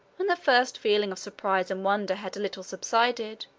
when the first feeling of surprise and wonder had a little subsided,